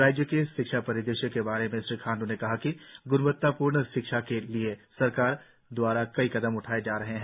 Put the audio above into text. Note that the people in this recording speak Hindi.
राज्य के शिक्षा परिदृश्य के बारे में श्री खांडू ने कहा कि ग्णवत्तापूर्ण शिक्षा के लिए सरकार द्वारा कई कदम उठाए जा रहे हैं